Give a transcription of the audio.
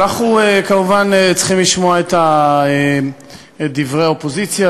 אנחנו כמובן צריכים לשמוע את דברי האופוזיציה,